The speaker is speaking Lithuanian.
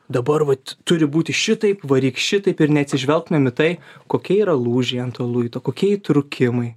dabar vat turi būti šitaip varyk šitaip ir neatsižvelgtumėm į tai kokie yra lūžiai ant to luito kokie įtrūkimai